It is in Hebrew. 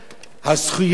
הזכויות,